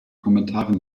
kommentaren